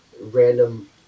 random